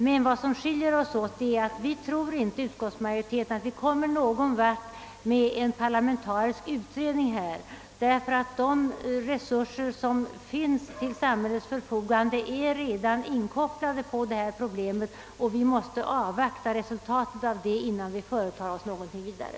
Men vad som skiljer oss åt är att utskottsmajoriteten inte tror att vi kommer någon vart med en parlamentarisk utredning — de resurser som står till samhällets förfogande är redan inkopplade och vi måste avvakta resultatet därav innan vi företar oss något vidare.